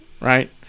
right